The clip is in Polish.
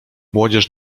młodzież